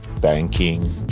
banking